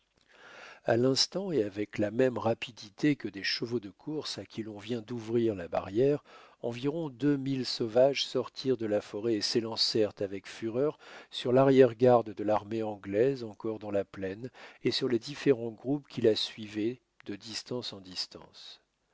à l'instant et avec la même rapidité que des chevaux de course à qui l'on vient d'ouvrir la barrière environ deux mille sauvages sortirent de la forêt et s'élancèrent avec fureur sur l'arrière-garde de l'armée anglaise encore dans la plaine et sur les différents groupes qui la suivaient de distance en distance